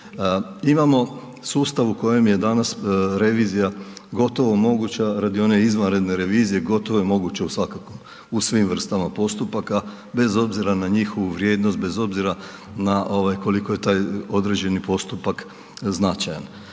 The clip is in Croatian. Imamo sustav u kojem je danas gotovo moguća radi one izvanredne revizije gotovo je moguća u svim vrstama postupaka bez na njihovu vrijednost, bez obzira na ovaj koliko je taj određeni postupak značajan.